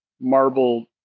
marble